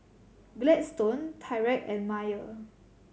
Gladstone Tyrek and Maia